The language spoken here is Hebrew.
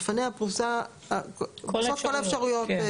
בפניה פרושות כל האפשרויות.